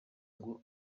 ngo